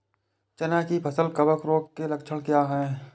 चना की फसल कवक रोग के लक्षण क्या है?